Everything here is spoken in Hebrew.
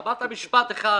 אמרת משפט אחד